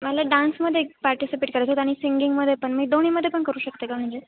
मला डान्ममध्ये पार्टिसिपेट करायचं होतं आणि सिंगिंगमध्ये पण मी दोनीमध्ये पण करू शकते का म्हणजे